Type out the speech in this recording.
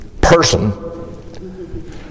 person